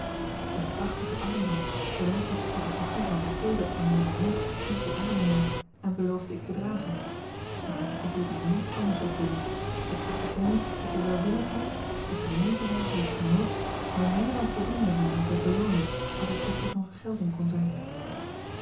een prachtigen armband verrijkt met de photographie van mathilde en médaillon moest ik aannemen en beloofde ik te dragen maar ik liet mij niets anders opdringen ik gaf te kennen dat de welwillendheid de gemeenzaamheid die ik genoot mij meer dan voldoende waren ter belooning als er kwestie van vergelding kon zijn